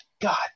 god